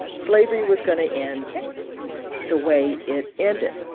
slavery was going to end the way it ended.